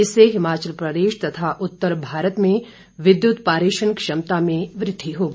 इससे हिमाचल प्रदेश तथा उत्तर भारत में विद्युत पारेषण क्षमता में वृद्वि होगी